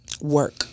work